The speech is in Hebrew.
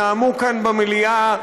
נאמו כאן במליאה.